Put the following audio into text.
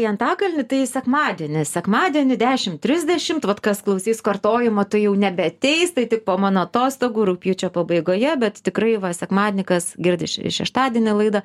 į antakalnį tai sekmadienį sekmadienį dešim trisdešimt vat kas klausys kartojimo tai jau nebeateis tai tik po mano atostogų rugpjūčio pabaigoje bet tikrai va sekmadienį kas girdi ši šeštadienį laidą